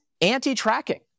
anti-tracking